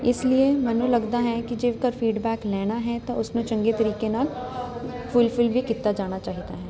ਇਸ ਲੀਏ ਮੈਨੂੰ ਲੱਗਦਾ ਹੈ ਕਿ ਜੇ ਕਰ ਫੀਡਬੈਕ ਲੈਣਾ ਹੈ ਤਾਂ ਉਸਨੂੰ ਚੰਗੇ ਤਰੀਕੇ ਨਾਲ ਫੁਲਫਿਲ ਵੀ ਕੀਤਾ ਜਾਣਾ ਚਾਹੀਦਾ ਹੈ